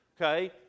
okay